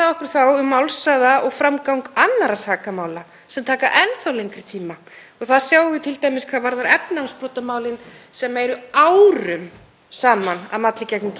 saman að malla í gegnum kerfið. Gagnrýni mín hér í dag beinist ekki að ákæruvaldinu, hún beinist ekki að lögreglunni, málafjöldinn þar eykst ár frá ári